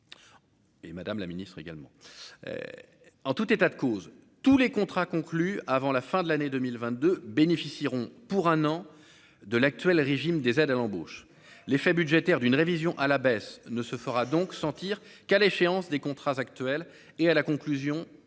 Et Madame la Ministre, également, en tout état de cause, tous les contrats conclus avant la fin de l'année 2022 bénéficieront pour un an de l'actuel régime des aides à l'embauche, l'effet budgétaire d'une révision à la baisse ne se fera donc sentir qu'à l'échéance des contrats actuels et à la conclusion de